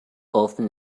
often